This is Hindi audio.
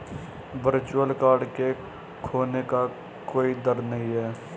वर्चुअल कार्ड के खोने का कोई दर नहीं है